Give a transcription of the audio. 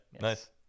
Nice